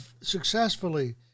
successfully